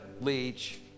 leech